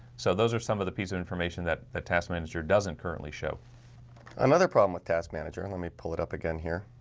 so those are some of the piece of information that the task manager doesn't currently show another problem with task manager. and let me pull it up again here